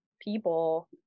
people